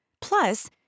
Plus